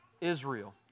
Israel